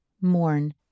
mourn